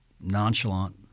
nonchalant